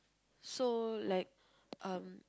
so like um